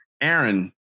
Aaron